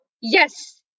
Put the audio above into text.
yes